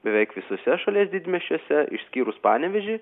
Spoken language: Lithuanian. beveik visuose šalies didmiesčiuose išskyrus panevėžį